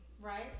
right